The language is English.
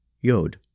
Yod